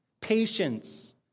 patience